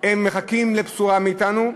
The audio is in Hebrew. מחכים לבשורה מאתנו.